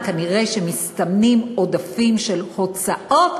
וכנראה שמסתמנים עודפים של הוצאות,